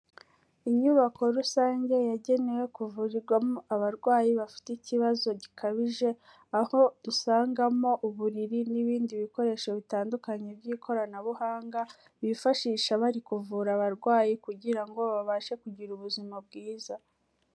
Inyubako rusange yagenewe kuvurirwamo abarwayi bafite ikibazo gikabije, aho dusangamo uburiri n'ibindi bikoresho bitandukanye by'ikoranabuhanga, bifashisha bari kuvura abarwayi kugira ngo babashe kugira ubuzima bwiza.